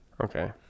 Okay